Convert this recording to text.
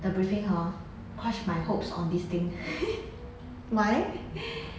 the briefing hor crush my hopes on this thing